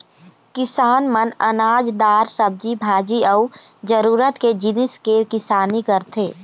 किसान मन अनाज, दार, सब्जी भाजी अउ जरूरत के जिनिस के किसानी करथे